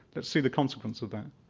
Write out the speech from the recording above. let's see the consequence of that.